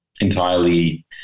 entirely